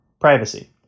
privacy